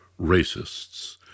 racists